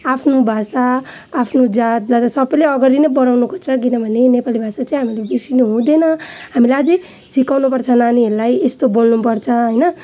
आफ्नो आफ्नो भाषा आफ्नो जातलाई त सबले अगाडि बढाउनु खोज्छ किनभने नेपाली भाषा चाहिँ हामीले हामीले बिर्सनु हुँदैन हामीलाई अझ सिकाउनु पर्छ नानीहरूलाई यस्तो बोल्नु पर्छ होइन